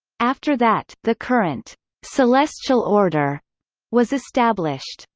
after that, the current celestial order was established.